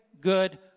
good